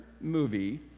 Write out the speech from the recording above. movie